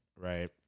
right